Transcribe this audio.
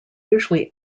usually